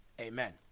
Amen